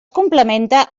complementa